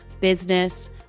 business